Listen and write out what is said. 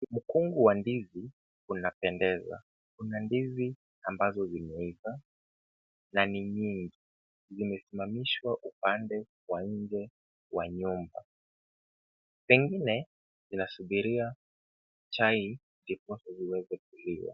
Mkungu wa ndizi unapendeza. Kuna ndizi ambazo zimeiva na ni nyingi. Zimesimamishwa upande wa nje wa nyumba. Pengine inasubiria chai ndiposa iweze kuliwa.